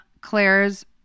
Claire's